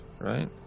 right